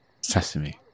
Sesame